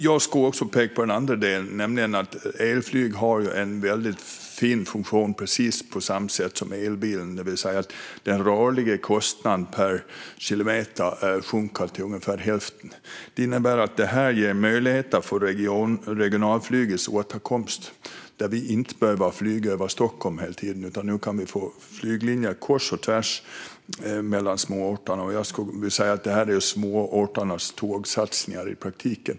Jag ska också peka på en annan del, nämligen att elflyget har en väldigt fin funktion, på samma sätt som elbilen, att det sänker den rörliga kostnaden per kilometer till ungefär hälften. Det innebär att det ger möjligheter för regionalflygets återkomst, så att vi inte behöver flyga bara via Stockholm hela tiden utan kan få flyglinjer kors och tvärs mellan småorterna. Jag skulle säga att det här är småorternas tågsatsning i praktiken.